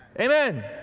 Amen